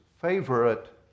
favorite